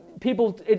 people